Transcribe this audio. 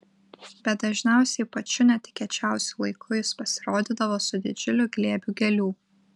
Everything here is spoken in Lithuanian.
bet dažniausiai pačiu netikėčiausiu laiku jis pasirodydavo su didžiuliu glėbiu gėlių